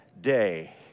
day